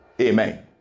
Amen